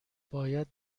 باید